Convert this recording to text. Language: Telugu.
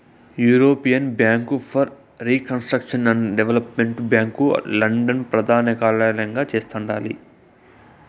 European bank for reconstruction and development bank London ప్రదానకార్యలయంగా చేస్తండాలి